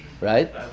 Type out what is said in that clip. right